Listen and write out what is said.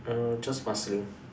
err just Marsiling